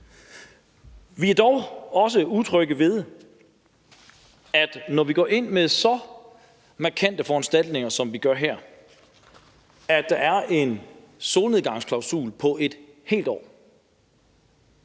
Vi er dog også utrygge ved, at der, når vi går ind med så markante foranstaltninger, som vi gør her, er en solnedgangsklausul på et helt år.